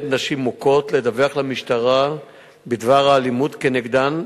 נשים מוכות לדווח למשטרה בדבר האלימות כנגדן,